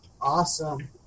Awesome